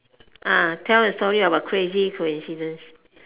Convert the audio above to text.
ah tell a story about crazy coincidence